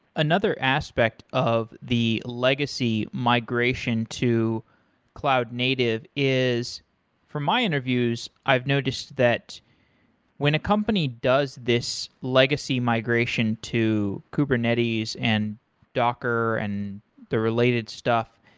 another aspect of the legacy migration to cloud native is from my interviews i've noticed that when a company does this legacy migration, to kubernetes and docker and the related stuff,